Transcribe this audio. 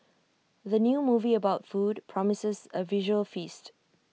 the new movie about food promises A visual feast